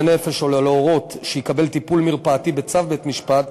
נפש או להורות שיקבל טיפול מרפאתי בצו בית-משפט,